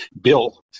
Bill